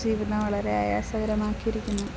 ജീവിതം വളരെ ആയാസകരമാക്കിയിരിക്കുന്നു